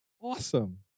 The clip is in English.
awesome